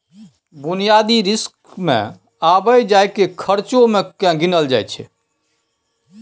बुनियादी रिस्क मे आबय जाय केर खर्चो केँ गिनल जाय छै